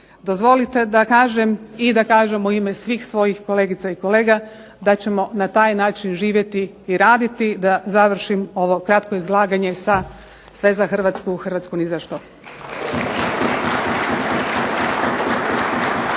Dozvolite da kažem i da kažem u ime svih svojih kolegica i kolega da ćemo na taj način živjeti i raditi, da završim ovo kratko izlaganje sa "Sve za Hrvatsku, Hrvatsku ni za što!".